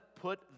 put